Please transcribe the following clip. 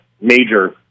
major